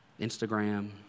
Instagram